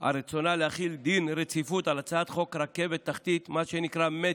על רצונה להחיל דין רציפות על הצעת חוק רכבת תחתית (מטרו)